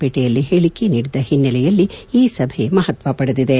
ವೇಟೆಯಲ್ಲಿ ಹೇಳಿಕೆ ನೀಡಿದ ಹಿನ್ನೆಲೆಯಲ್ಲಿ ಈ ಸಭೆ ಮಹತ್ನ ಪಡೆದಿದೆ